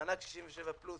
מענק 67 פלוס